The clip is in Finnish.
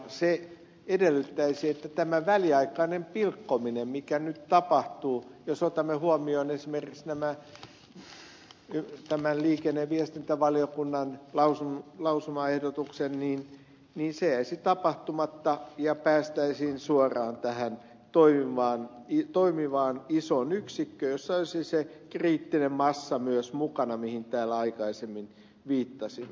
se edellyttäisi että tämä väliaikainen pilkkominen mikä nyt tapahtuu jos otamme huomioon esimerkiksi liikenne ja viestintävaliokunnan lausumaehdotuksen jäisi tapahtumatta ja päästäisiin suoraan toimivaan isoon yksikköön jossa olisi se kriittinen massa myös mukana mihin täällä aikaisemmin viittasimme